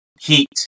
heat